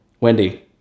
Wendy